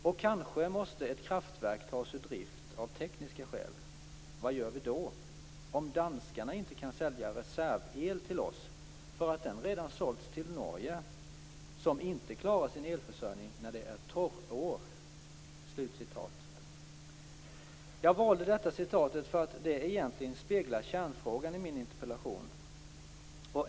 Och kanske måste ett kraftverk tas ur drift av tekniska skäl. Vad gör vid då, om danskarna inte kan sälja reservel till oss för att den redan sålts till Norge, som inte klarar sin elförsörjning när det är torrår -?" Jag valde detta citat därför att det egentligen speglar kärnfrågan i min interpellation.